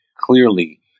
clearly